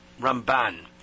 Ramban